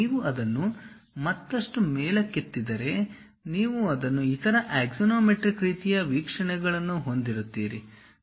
ನೀವು ಅದನ್ನು ಮತ್ತಷ್ಟು ಮೇಲಕ್ಕೆತ್ತಿದರೆ ನೀವು ಅದನ್ನು ಇತರ ಆಕ್ಸಾನೊಮೆಟ್ರಿಕ್ ರೀತಿಯ ವೀಕ್ಷಣೆಗಳನ್ನು ಹೊಂದಿರುತ್ತೀರಿ